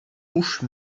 mouches